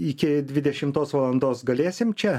iki dvidešimtos valandos galėsim čia